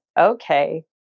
okay